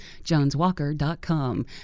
joneswalker.com